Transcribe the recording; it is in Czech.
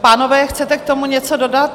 Pánové, chcete k tomu něco dodat?